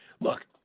Look